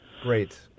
Great